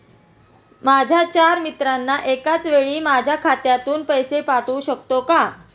माझ्या चार मित्रांना एकाचवेळी माझ्या खात्यातून पैसे पाठवू शकतो का?